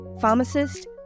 pharmacist